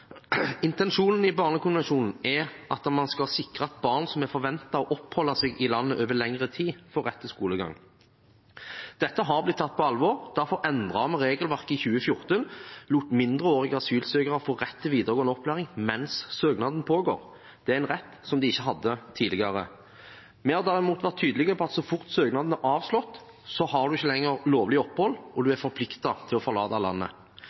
Intensjonen i barnekonvensjonen er at man skal sikre at barn som er forventet å oppholde seg i landet over lengre tid, får rett til skolegang. Dette har blitt tatt på alvor. Derfor endret vi regelverket i 2014 og lot mindreårige asylsøkere få rett til videregående opplæring mens søknadsprosessen pågår. Det er en rett de ikke hadde tidligere. Vi har derimot vært tydelige på at så fort søknaden er avslått, har man ikke lenger lovlig opphold, og man er forpliktet til å forlate landet.